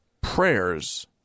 prayers